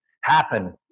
happen